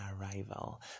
arrival